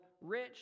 rich